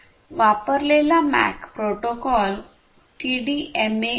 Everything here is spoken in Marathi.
वापरलेला मॅक प्रोटोकॉल टीडीएमएTDMA